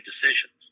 decisions